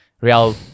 Real